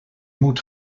moet